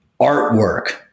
artwork